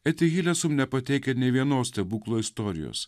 etihile sum nepateikia nė vienos stebuklo istorijos